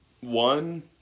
One